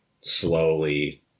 slowly